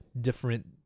different